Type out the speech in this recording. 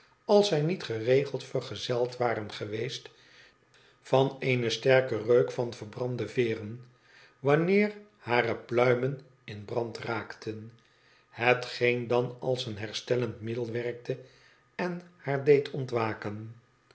als zij niet geregeld vergezeld waren geweest van een sterken reuk van verbrande veeren wanneer hare pluimen in brand raakten hetgeen dan als een herstellend middel werkte en haar deed ontwaken